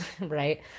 Right